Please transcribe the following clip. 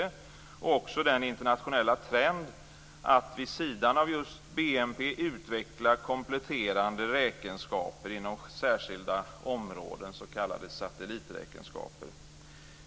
Det gäller också den internationella trenden att vid sidan av BNP utveckla kompletterande räkenskaper inom särskilda områden, s.k. satelliträkenskaper.